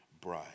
bride